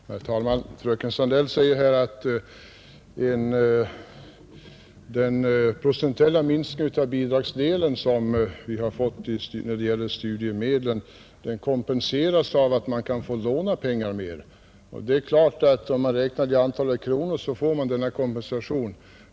Herr talman! Fröken Sandell säger att den procentuella minskningen av bidragsdelen inom studiehjälpssystemet kompenseras av att de studerande nu kan få låna mer pengar. Det är klart att det räknat i antalet kronor på det sättet blir en kompensation.